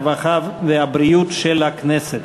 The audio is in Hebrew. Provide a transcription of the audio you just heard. הרווחה והבריאות נתקבלה.